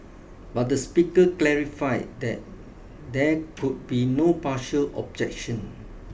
but the speaker clarified that there could be no partial objection